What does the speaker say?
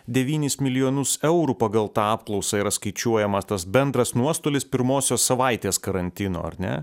devynis milijonus eurų pagal tą apklausą yra skaičiuojamas tas bendras nuostolis pirmosios savaitės karantino ar ne